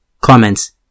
Comments